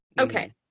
Okay